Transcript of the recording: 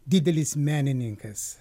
didelis menininkas